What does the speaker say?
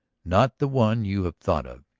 not the one you have thought of.